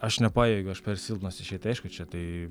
aš nepajėgiu aš per silpnas išeit tai aišku čia tai